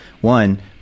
One